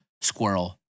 Squirrel